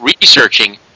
researching